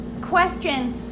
question